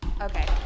Okay